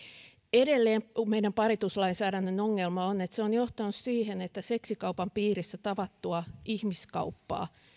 edelleen meidän parituslainsäädännön ongelma on se että se on johtanut siihen että seksikaupan piirissä tavattua ihmiskauppaa